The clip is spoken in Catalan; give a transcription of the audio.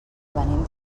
venim